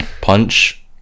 punch